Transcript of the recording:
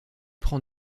prend